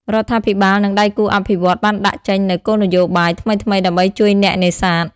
រដ្ឋាភិបាលនិងដៃគូអភិវឌ្ឍន៍បានដាក់ចេញនូវ គោលនយោបាយ ថ្មីៗដើម្បីជួយអ្នកនេសាទ។